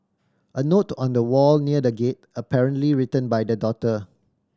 a note on a wall near the gate apparently written by the daughter